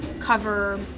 cover